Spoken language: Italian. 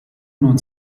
non